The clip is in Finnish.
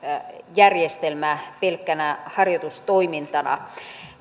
järjestelmä pelkkänä harjoitustoimintana